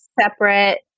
separate